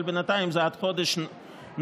אבל בינתיים זה עד חודש נובמבר,